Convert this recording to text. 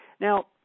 Now